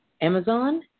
Amazon